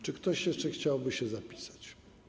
Czy ktoś jeszcze chciałby się zapisać?